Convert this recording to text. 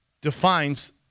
defines